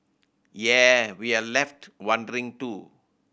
yea we're left wondering too